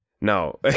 No